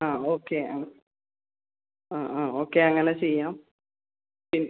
ആ ഓക്കെ ആ ആ ആ ഓക്കെ അങ്ങനെ ചെയ്യാം ഇൻ